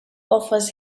offers